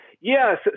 Yes